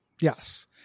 Yes